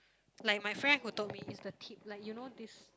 like my friend who told me it's the tip like you know this